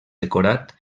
decorat